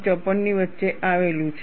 54 ની વચ્ચે આવેલું છે